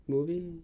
Movie